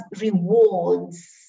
rewards